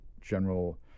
general